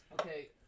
Okay